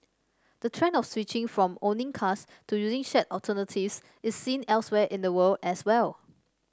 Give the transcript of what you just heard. the trend of switching from owning cars to using shared alternatives is seen elsewhere in the world as well